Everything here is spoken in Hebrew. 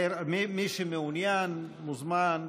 מי שמעוניין, מוזמן.